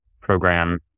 program